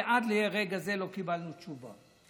ועד לרגע זה לא קיבלנו תשובה.